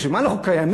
בשביל מה אנחנו קיימים?